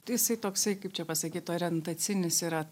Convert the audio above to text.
tai jisai toksai kaip čia pasakyt orientacinis yra